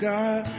God